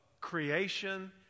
creation